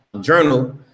journal